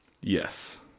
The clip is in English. Yes